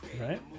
Right